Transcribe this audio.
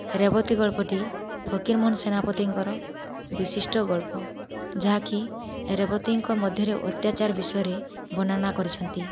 ରେବତୀ ଗଳ୍ପଟି ଫକୀରମୋହନ ସେନାପତିଙ୍କର ବିଶିଷ୍ଟ ଗଳ୍ପ ଯାହାକି ରେବତୀଙ୍କ ମଧ୍ୟରେ ଅତ୍ୟାଚାର ବିଷୟରେ ବର୍ଣ୍ଣନା କରିଛନ୍ତି